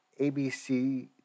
abc